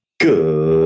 Good